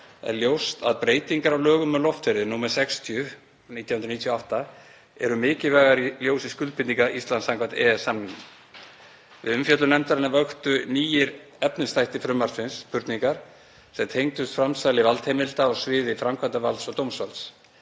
er ljóst að breytingar á lögum um loftferðir, nr. 60/1998, eru mikilvægar í ljósi skuldbindinga Íslands samkvæmt EES-samningnum. Við umfjöllun nefndarinnar vöktu nýir efnisþættir frumvarpsins spurningar sem tengdust framsali valdheimilda á sviði framkvæmdarvalds og dómsvalds.